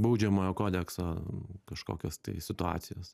baudžiamojo kodekso kažkokios tai situacijos